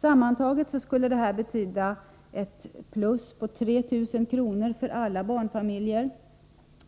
Sammantaget skulle de här förslagen innebära ett plus på 3 000 kr. för alla barnfamiljer